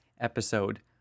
episode